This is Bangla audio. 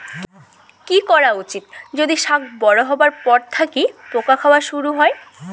কি করা উচিৎ যদি শাক বড়ো হবার পর থাকি পোকা খাওয়া শুরু হয়?